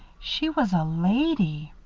she was a lady!